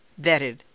vetted